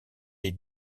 est